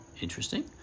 Interesting